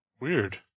Weird